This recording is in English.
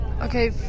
Okay